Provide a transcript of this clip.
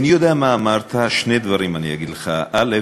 איני יודע מה אמרת, שני דברים אני אגיד לך: א.